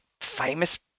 famous